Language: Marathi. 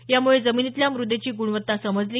यामुळे जमिनीतल्या मृदेची गुणवत्ता समजली